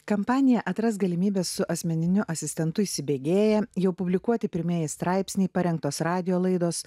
kampanija atrask galimybę su asmeniniu asistentu įsibėgėja jau publikuoti pirmieji straipsniai parengtos radijo laidos